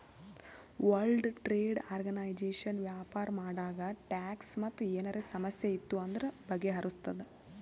world trade organization ವ್ಯಾಪಾರ ಮಾಡಾಗ tax ಮತ್ ಏನರೇ ಸಮಸ್ಯೆ ಇತ್ತು ಅಂದುರ್ ಬಗೆಹರುಸ್ತುದ್